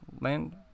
land